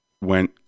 went